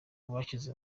bashyize